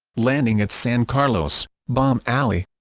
landing at san carlos bomb alley